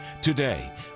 Today